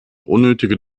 unnötige